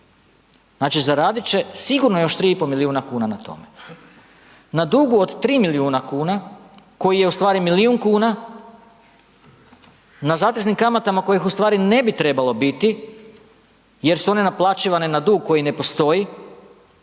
Znači zaradit će sigurno još 3,5 milijuna kuna na tome. Na dugu od 3 milijuna kuna, koji je ustvari milijun kuna, na zateznim kamatama kojih u stvari ne bi trebalo biti jer su one naplaćivane na dug koji ne postoji,